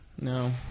no